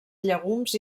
llegums